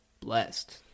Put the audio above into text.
blessed